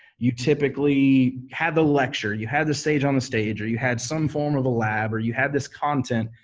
you typically had the lecture, you had the sage on the stage, or you had some form of a lab where you had this content,